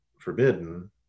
forbidden